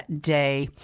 Day